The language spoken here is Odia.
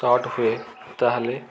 ସଟ୍ ହୁଏ ତାହେଲେ